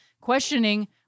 questioning